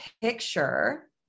picture